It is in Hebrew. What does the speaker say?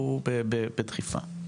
הוא בדחיפה.